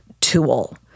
tool